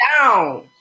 down